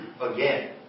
again